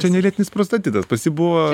čia ne lėtinis prostatitas pas jį buvo